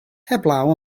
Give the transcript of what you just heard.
heblaw